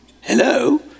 Hello